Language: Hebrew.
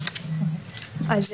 נצביע על כולן יחד, ואחר כך על שלי.